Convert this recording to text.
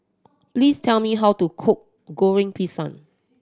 please tell me how to cook Goreng Pisang